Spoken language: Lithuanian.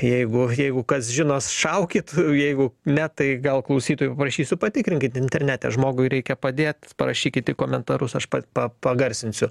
jeigu jeigu kas žinos šaukit jeigu ne tai gal klausytojų prašysiu patikrinkit internete žmogui reikia padėt parašykit į komentarus aš pats pa pagarsinsiu